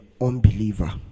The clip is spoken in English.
unbeliever